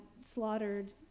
slaughtered